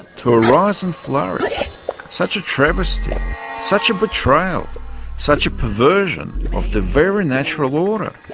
to arise and flourish such a travesty such a betrayal such a perversion of the very natural order.